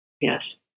Yes